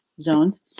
zones